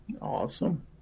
Awesome